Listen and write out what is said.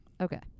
okay